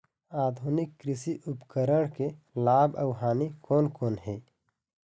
आधुनिक कृषि उपकरण के लाभ अऊ हानि कोन कोन हे?